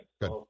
Good